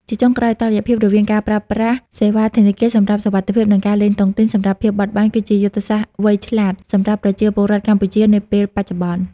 ជាចុងក្រោយ តុល្យភាពរវាងការប្រើប្រាស់សេវាធនាគារសម្រាប់សុវត្ថិភាព និងការលេងតុងទីនសម្រាប់ភាពបត់បែន គឺជាយុទ្ធសាស្ត្រវៃឆ្លាតសម្រាប់ប្រជាពលរដ្ឋកម្ពុជានាពេលបច្ចុប្បន្ន។